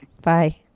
bye